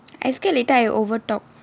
I scared later I overtalk